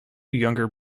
younger